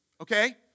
okay